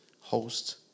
host